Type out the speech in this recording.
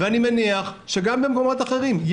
ואני מניח שכך גם במקומות אחרים.